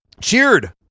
cheered